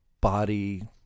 body